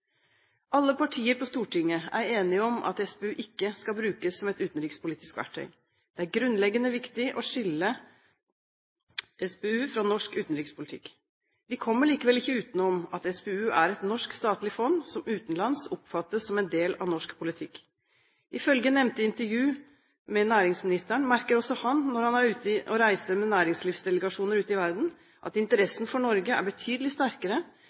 Alle partier på Stortinget er enige om at SPU ikke skal brukes som et utenrikspolitisk verktøy. Det er grunnleggende viktig å skille SPU fra norsk utenrikspolitikk. Vi kommer likevel ikke utenom at SPU er et norsk statlig fond som utenlands oppfattes som en del av norsk politikk. Ifølge nevnte intervju med næringsministeren merker også han når han reiser med næringslivsdelegasjoner ute i verden, at interessen for Norge er betydelig sterkere